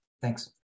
Thanks